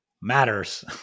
matters